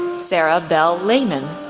sarah belle lehmann,